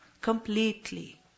Completely